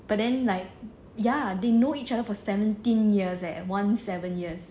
but then like ya they know each other for seventeen years eh one seven years